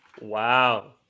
Wow